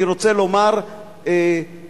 אני רוצה לומר לך,